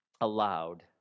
allowed